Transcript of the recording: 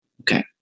Okay